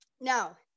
Now